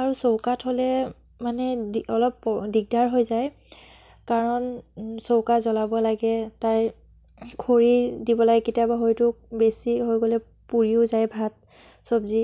আৰু চৌকাত হ'লে মানে দি অলপ দিগদাৰ হৈ যায় কাৰণ চৌকা জ্বলাব লাগে তাইৰ খৰি দিব লাগে কেতিয়াবা হয়তো বেছি হৈ গ'লে পুৰিও যায় ভাত চব্জি